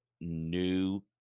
new